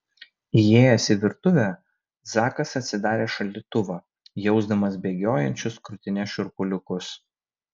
įėjęs į virtuvę zakas atsidarė šaldytuvą jausdamas bėgiojančius krūtine šiurpuliukus